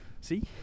See